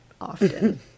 often